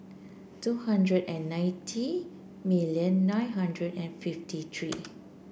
two hundred and ninety million nine hundred and fifty three